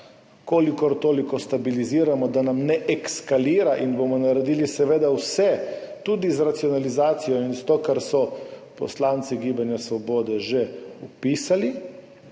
kolikor toliko stabiliziramo, da nam ne eskalira in bomo naredili seveda vse, tudi z racionalizacijo in s tem, kar so poslanci Gibanja Svobode že opisali,